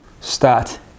Start